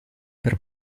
per